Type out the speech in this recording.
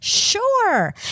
sure